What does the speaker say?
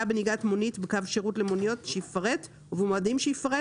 בנהיגת מונית בקו שירות למוניות שיפרט ובמועדים שיפרט,